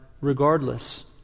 regardless